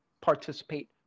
participate